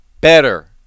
better